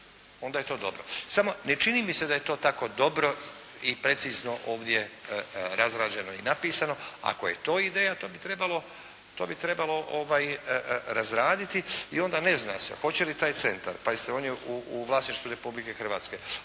Onda je to dobro. Samo ne čini mi se da je to tako dobro i precizno ovdje razrađeno i napisano. Ako je to ideja to bi trebalo razraditi. I onda, ne zna se hoće li taj centar, pazite on je u vlasništvu Republike Hrvatske,